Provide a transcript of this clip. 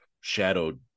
shadowed